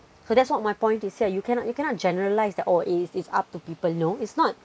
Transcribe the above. so that's what my point is here you cannot you cannot generalise that oh it's it's up to people no it's not